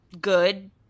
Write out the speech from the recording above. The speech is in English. good